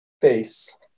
face